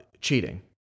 cheating